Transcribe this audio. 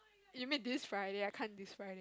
you mean this Friday I can describe